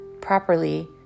properly